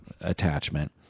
attachment